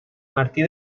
martí